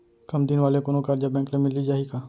कम दिन वाले कोनो करजा बैंक ले मिलिस जाही का?